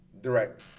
Direct